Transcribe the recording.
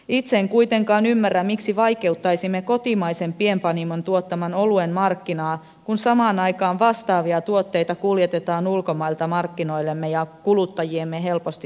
itse en kuitenkaan ymmärrä miksi vaikeuttaisimme kotimaisen pienpanimon tuottaman oluen markkinaa kun samaan aikaan vastaavia tuotteita kuljetetaan ulkomailta markkinoillemme ja kuluttajiemme helposti saataville